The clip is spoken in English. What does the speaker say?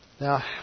Now